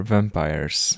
Vampires